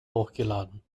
hochgeladen